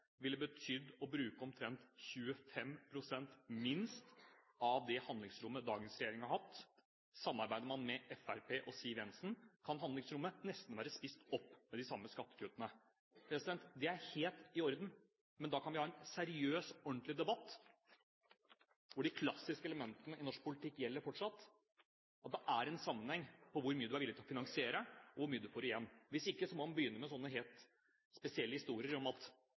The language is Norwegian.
ville betydd å bruke omtrent 25 pst. minst av det handlingsrommet dagens regjering har hatt. Samarbeider man med Fremskrittspartiet og Siv Jensen, kan handlingsrommet nesten være spist opp av de samme skattekuttene. Det er helt i orden, med da kan vi ha en seriøs og ordentlig debatt hvor de klassiske elementene i norsk politikk gjelder fortsatt, og det er en sammenheng mellom hvor mye du er villig til å finansiere, og hvor mye du får igjen. Hvis ikke må man begynne med sånne helt spesielle historier om at